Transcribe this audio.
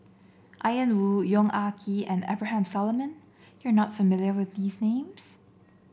Ian Woo Yong Ah Kee and Abraham Solomon you are not familiar with these names